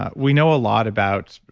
ah we know a lot about.